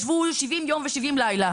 ישבו 70 יום ו-70 לילה